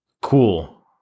cool